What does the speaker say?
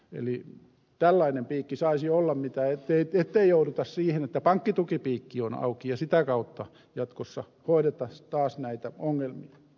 eli tällainen piikki saisi olla ettei jouduta siihen että pankkitukipiikki on auki ja sitä kautta jatkossa hoidetaan taas näitä ongelmia